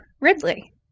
Ridley